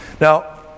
now